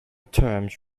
terms